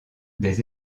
des